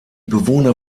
bewohner